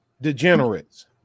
degenerates